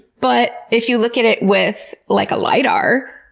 but if you look at it with like a lidar,